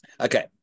okay